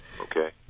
Okay